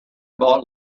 about